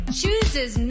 chooses